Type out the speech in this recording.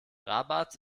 rabat